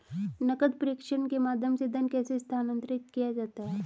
नकद प्रेषण के माध्यम से धन कैसे स्थानांतरित किया जाता है?